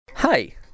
Hi